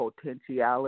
potentiality